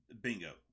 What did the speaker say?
Bingo